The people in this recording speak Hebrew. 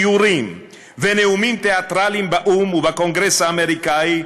איורים ונאומים תיאטרליים באו"ם ובקונגרס האמריקני,